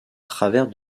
travers